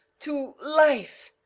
to life,